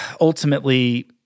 ultimately